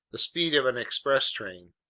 the speed of an express train.